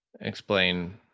Explain